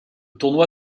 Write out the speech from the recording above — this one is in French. tournoi